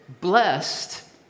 blessed